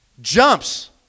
jumps